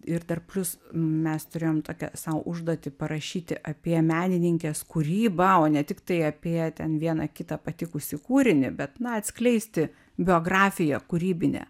ir dar plius mes turėjom tokią sau užduotį parašyti apie menininkės kūrybą o ne tiktai apie ten vieną kitą patikusį kūrinį bet na atskleisti biografiją kūrybinę